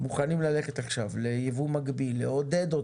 מוכנים ללכת עכשיו ליבוא מקביל, לעודד אותו,